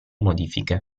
modifiche